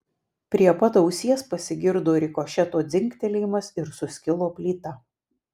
prie pat ausies pasigirdo rikošeto dzingtelėjimas ir suskilo plyta